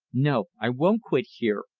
no, i won't quit here,